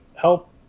help